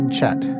chat